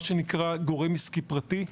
אחריות של מה שנקרא "גורם עסקי פרטי".